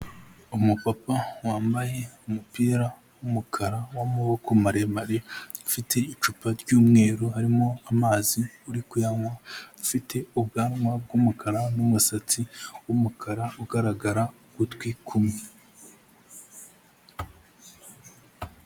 Umupapa wambaye umupira w'umukara w'amaboko maremare, afite icupa ry'umweru harimo amazi uri kuyanywa, ufite ubwanwa bw'umukara n'umusatsi w'umukara ugaragara ugutwi kumwe.